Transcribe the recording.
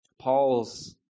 Paul's